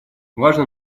важно